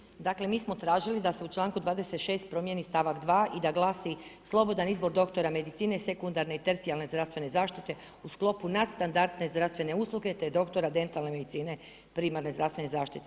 Dakle mi smo tražili da se u članku 26 promijeni stavak 2 i da glasi: slobodan izbor doktora medicine sekundarne i tercijarne zdravstvene zaštite u sklopu nad standardne zdravstvene usluge te doktora dentalne medicine primarne zdravstvene zaštite.